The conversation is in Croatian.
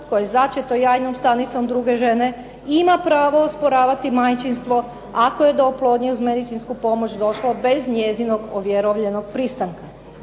koje je začeto jajnom stanicom druge žene, ima pravo osporavati majčinstvo, ako je do oplodnje uz medicinsku pomoć došlo bez njezinog ovjerovljenog pristanka".